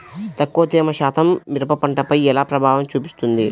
తక్కువ తేమ శాతం మిరప పంటపై ఎలా ప్రభావం చూపిస్తుంది?